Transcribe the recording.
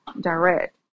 direct